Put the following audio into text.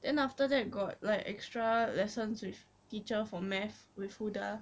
then after that got like extra lessons with teacher for maths with huda